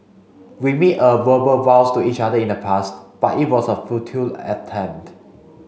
we made a verbal vows to each other in the past but it was a futile attempt